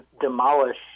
demolish